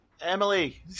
Emily